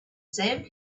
sand